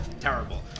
terrible